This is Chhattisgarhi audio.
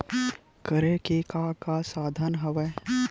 करे के का का साधन हवय?